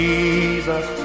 Jesus